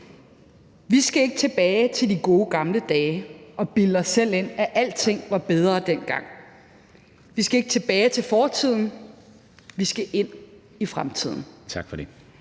Vi skal ikke tilbage til de gode gamle dage og bilde os selv ind, at alting var bedre dengang. Vi skal ikke tilbage til fortiden, vi skal ind i fremtiden.